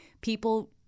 people